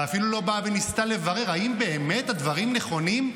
ואפילו לא באה וניסתה לברר: האם באמת הדברים נכונים?